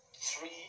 three